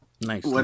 nice